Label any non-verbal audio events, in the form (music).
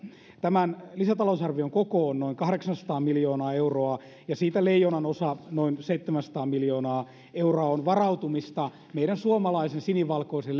tämän lisätalousarvion koko on noin kahdeksansataa miljoonaa euroa ja siitä leijonanosa noin seitsemänsataa miljoonaa euroa on varautumista meidän suomalaisen sinivalkoisen (unintelligible)